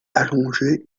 allongé